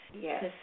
Yes